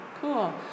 cool